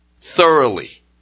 thoroughly